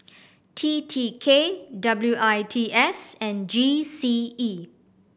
T T K W I T S and G C E